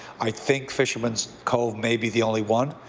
i think fisherman's cove may be the only one.